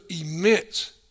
immense